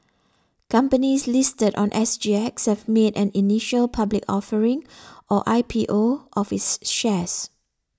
companies listed on S G X have made an initial public offering or I P O of its shares